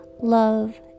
love